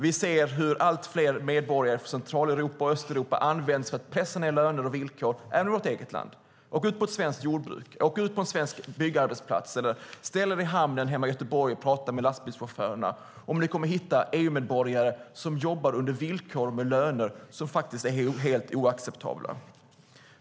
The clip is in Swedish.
Vi ser hur allt fler medborgare från Central och Östeuropa används för att pressa ned löner och villkor även i vårt land - inom svenskt jordbruk och på svenska byggarbetsplatser. Ställ er i hamnen i Göteborg och tala med lastbilschaufförerna och ni kommer att hitta EU-medborgare som jobbar under villkor och med löner som är helt oacceptabla.